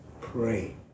pray